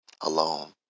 alone